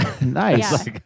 Nice